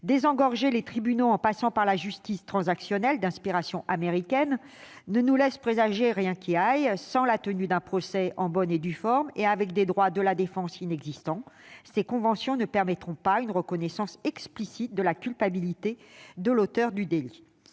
Désengorger les tribunaux par le recours à la justice « transactionnelle », d'inspiration américaine, ne nous laisse présager rien qui vaille : sans la tenue d'un procès en bonne et due forme et avec des droits de la défense inexistants, ces conventions ne permettront pas une reconnaissance explicite de la culpabilité de l'auteur du délit.